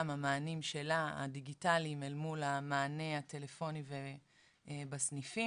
המענים שלה הדיגיטליים אל מול המענה הטלפוני בסניפים.